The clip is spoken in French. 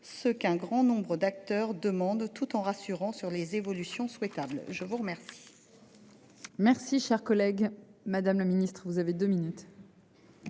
ce qu'un grand nombre d'acteurs du monde tout en rassurant sur les évolutions souhaitables je vous remercie.